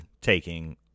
taking